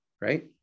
right